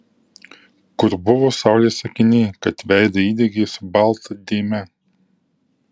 kur buvo saulės akiniai kad veidą įdegei su balta dėme